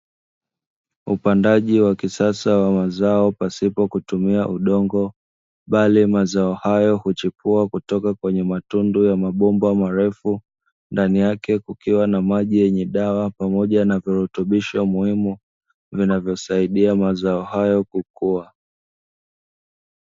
Upandaji wa kisasa wa mazao pasipo kutumia udongo bali mazao hayo huchipua kutoka kwenye matundu ya mabomba marefu, ndani yake kukiwa na maji yenye dawa pamoja na virutubisho muhimu vinavyosaidia mazao hayo kukua.